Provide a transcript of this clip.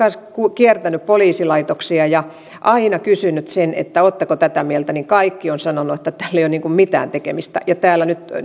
kiertänyt poliisilaitoksia ja aina kysynyt että oletteko tätä mieltä ja kaikki ovat sanoneet että tällä ei ole niin kuin mitään tekemistä ja täällä nyt